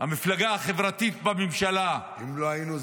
המפלגה החברתית בממשלה -- אם לא היינו,